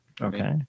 Okay